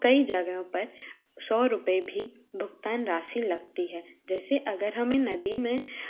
कई जगहों पर सौ रुपए भी भुगतान राशि लगती है जैसे अगर हमें नदी में